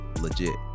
legit